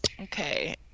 okay